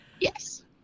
Yes